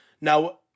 Now